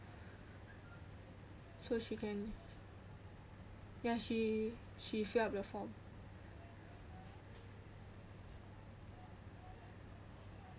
so she can ya she fill up the form